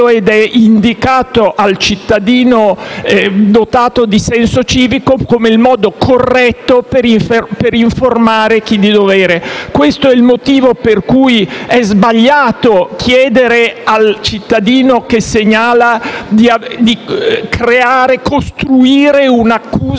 ed è indicata al cittadino dotato di senso civico come il modo corretto per informare chi di dovere. Questo è il motivo per cui è sbagliato porre a carico del cittadino che segnala l'onere di costruire un'accusa